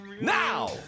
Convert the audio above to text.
Now